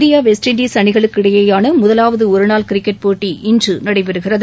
India West Indies அணிகளுக்கு இடையிலான முதலாவது ஒரு நாள் கிரிக்கெட் போட்டி இன்று நடைபெறுகிறது